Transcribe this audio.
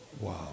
Wow